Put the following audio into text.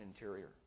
interior